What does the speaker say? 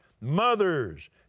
mothers